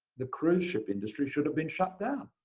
the cruise ship industry should have been shut down.